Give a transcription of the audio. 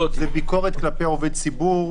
זה כשיושב-ראש הוועדה חרוץ.